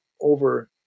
over